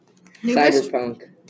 Cyberpunk